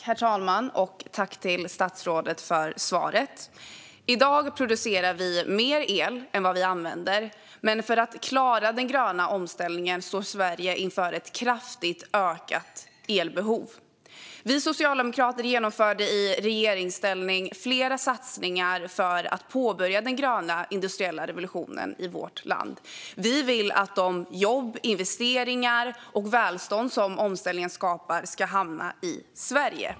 Herr talman! Tack, statsrådet, för svaret! I dag producerar vi mer el än vi använder, men för att klara den gröna omställningen står Sverige inför ett kraftigt ökat elbehov. Vi socialdemokrater genomförde i regeringsställning flera satsningar för att påbörja den gröna industriella revolutionen i vårt land. Vi vill att de jobb, de investeringar och det välstånd som omställningen skapar ska hamna i Sverige.